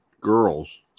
girls